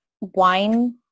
wine